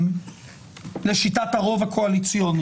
אנחנו מדינה בשלטון בולשביקי.